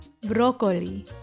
Broccoli